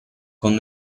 con